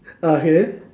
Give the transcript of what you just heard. ah okay